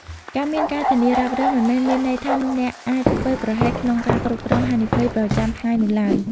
ការមាន ការធានារ៉ាប់រង មិនមែនមានន័យថាអ្នកអាចធ្វេសប្រហែសក្នុង ការគ្រប់គ្រងហានិភ័យ ប្រចាំថ្ងៃនោះឡើយ។